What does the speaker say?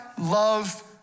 love